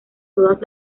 todas